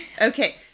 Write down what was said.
Okay